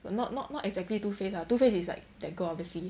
but not not not exactly two face lah two face is like that girl obviously